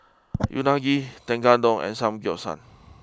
Unagi Tekkadon and Samgeyopsal